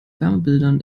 wärmebildern